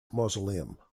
mausoleum